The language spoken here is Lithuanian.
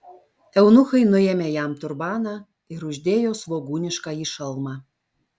eunuchai nuėmė jam turbaną ir uždėjo svogūniškąjį šalmą